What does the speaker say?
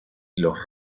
los